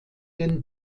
den